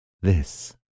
this